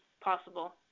possible